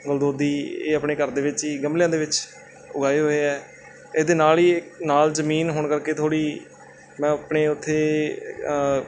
ਗਲਦੋਦੀ ਇਹ ਆਪਣੇ ਘਰ ਦੇ ਵਿੱਚ ਹੀ ਗਮਲਿਆਂ ਦੇ ਵਿੱਚ ਉਗਾਏ ਹੋਏ ਹੈ ਇਹਦੇ ਨਾਲ ਹੀ ਨਾਲ ਜ਼ਮੀਨ ਹੋਣ ਕਰਕੇ ਥੋੜ੍ਹੀ ਮੈਂ ਆਪਣੇ ਉੱਥੇ